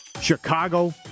chicago